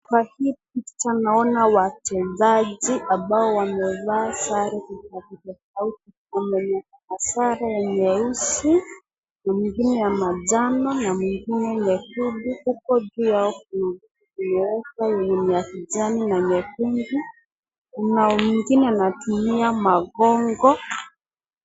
Hapa hivi picha tunaona wachezaji ambao wamevaa sare kama huyu wa kwanza amevaa sare nyeusi na mwingine ya manjano na mwingine nyekundu huko juu ya huyu mwingine amevaa ya kijani na nyekundu kuna huyu mwingine natumia magongo